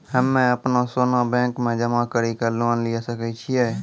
हम्मय अपनो सोना बैंक मे जमा कड़ी के लोन लिये सकय छियै?